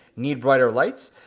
need brighter lights?